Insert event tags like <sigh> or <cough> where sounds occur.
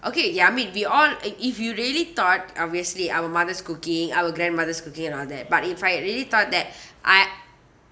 okay ya I mean we all eh if you really thought obviously our mother's cooking our grandmother's cooking and all that but if I really thought that <breath> I